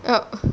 oh